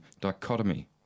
dichotomy